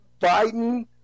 Biden